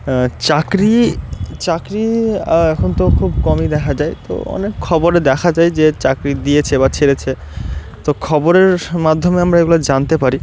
চাকরি চাকরি এখন তো খুব কমই দেখা যায় তো অনেক খবরে দেখা যায় যে চাকরি দিয়েছে বা ছেড়েছে তো খবরের মাধ্যমে আমরা এগুলো জানতে পারি